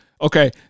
Okay